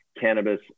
cannabis